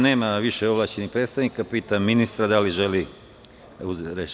Pošto nema više ovlašćenih predstavnika, pitam ministra da li želi reč?